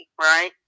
right